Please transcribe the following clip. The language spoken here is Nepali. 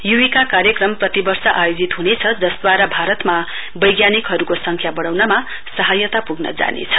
युविका कार्यक्रम प्रतिवर्ष आयोजित हुनेछ जसदुवारा भारतमा वैज्ञनिकहरुको संख्या बढ़ाउनामा सहायता पुग्न जानेछ